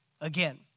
again